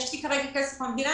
יש לי כרגע כסף מהמדינה,